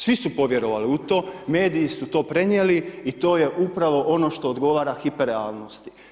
Svi su povjerovali u to, mediji su to prenijeli i to je upravo ono što odgovara hiperrealnosti.